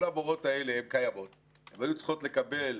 כל המורות האלו קיימות, הן היו צריכות לקבל